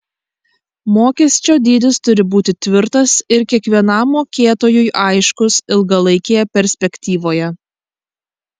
mokesčio dydis turi būti tvirtas ir kiekvienam mokėtojui aiškus ilgalaikėje perspektyvoje